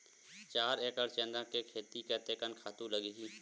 चार एकड़ चना के खेती कतेकन खातु लगही?